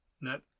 Nope